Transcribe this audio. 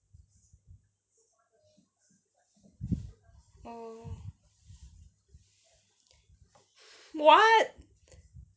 oh what